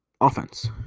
offense